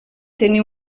tenir